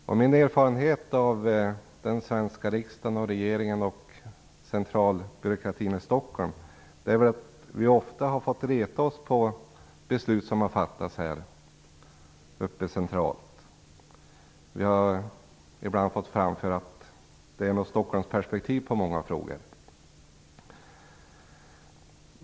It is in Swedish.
Min erfarenhet av den svenska riksdagen, regeringen och centralbyråkratin i Stockholm är att vi ofta har retat oss på beslut som har fattats centralt här uppe. Vi har ibland framfört att det nog är Stockholmsperspektiv på många frågor.